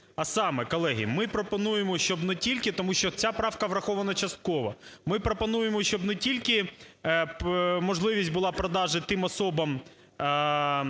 А саме, колеги, ми пропонуємо, щоб не тільки… тому що ця правка врахована частково, ми пропонуємо, щоб не тільки можливість була продажу тим особам,